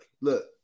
look